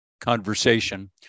conversation